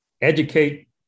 educate